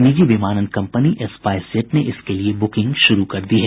निजी विमानन company SpiceJet ने इसके लिये बुकिंग शुरू कर दी है